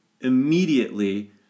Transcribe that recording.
immediately